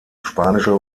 spanische